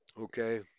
okay